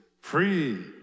free